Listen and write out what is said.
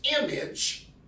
image